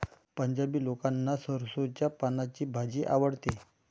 पंजाबी लोकांना सरसोंच्या पानांची भाजी आवडते